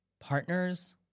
partners